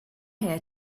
here